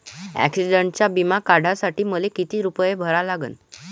ॲक्सिडंटचा बिमा काढा साठी मले किती रूपे भरा लागन?